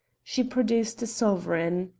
she produced a sovereign.